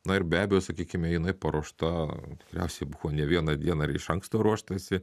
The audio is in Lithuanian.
na ir be abejo sakykime jinai paruošta tikriausiai buvo ne vieną dieną ir iš anksto ruoštasi